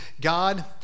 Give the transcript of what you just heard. God